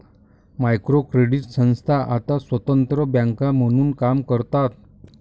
micro credit संस्था आता स्वतंत्र बँका म्हणून काम करतात